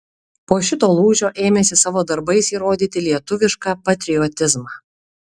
po šito lūžio ėmėsi savo darbais įrodyti lietuvišką patriotizmą